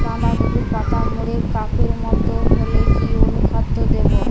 বাঁধাকপির পাতা মুড়ে কাপের মতো হলে কি অনুখাদ্য দেবো?